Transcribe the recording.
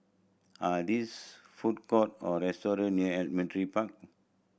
are these food court or restaurant near Park